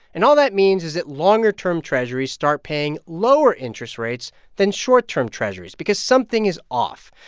and all that means is that longer-term treasurys start paying lower interest rates than short-term treasurys because something is off.